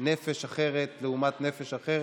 נפש אחת לעומת נפש אחרת,